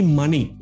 money